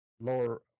lower